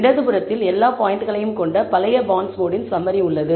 இடதுபுறத்தில் எல்லா பாயின்ட்களையும் கொண்ட பழைய பாண்ட்ஸ்மோடின் சம்மரி உள்ளது